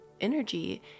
energy